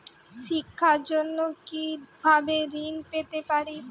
শিক্ষার জন্য কি ভাবে ঋণ পেতে পারি?